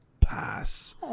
pass